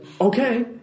okay